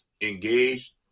engaged